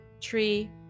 tree